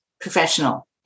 professional